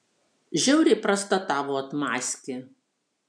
žiauriai prasta tavo atmazkė